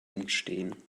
entstehen